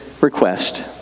request